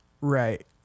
Right